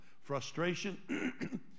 frustration